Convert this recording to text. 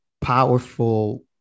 powerful